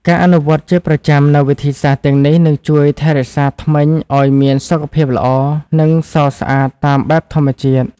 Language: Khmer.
ការអនុវត្តន៍ជាប្រចាំនូវវិធីសាស្ត្រទាំងនេះនឹងជួយថែរក្សាធ្មេញឲ្យមានសុខភាពល្អ និងសស្អាតតាមបែបធម្មជាតិ។